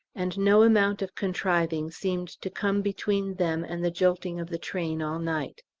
and no amount of contriving seemed to come between them and the jolting of the train all night.